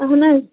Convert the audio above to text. اَہَن حظ